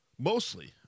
Mostly